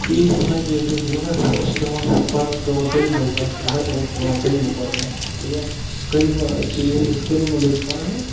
عیٖد نٮ۪مازِ ییٚلہِ أسۍ درٛو اَسہِ چھِ پٮ۪وان پَرُن پٮ۪وان کلمہٕ تَتھ وَتہِ وَتہِ پٮ۪وان کلمہٕ پَرُن ییٚلہِ اَسہِ کلمہٕ أسۍ چھِ ییٚلہِ أسۍ کلمہٕ لٔگۍ پَرنہِ